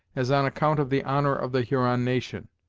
as on account of the honor of the huron nation.